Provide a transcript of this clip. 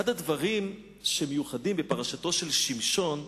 אחד הדברים שמיוחדים בפרשתו של שמשון,